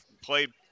played